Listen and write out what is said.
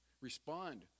Respond